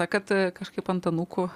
sa kad kažkaip ant anūkų